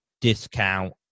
discount